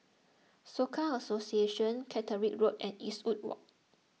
Soka Association Caterick Road and Eastwood Walk